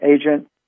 agent